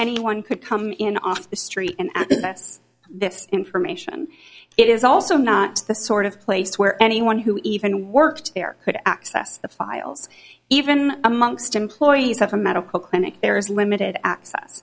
anyone could come in off the street and that's this information it is also not the sort of place where anyone who even worked there could access the files even amongst employees have a medical clinic there is limited access